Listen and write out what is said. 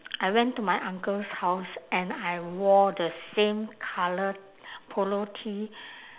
I went to my uncle's house and I wore the same colour polo tee